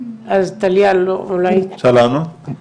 אפשר לענות?